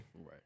Right